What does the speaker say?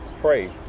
pray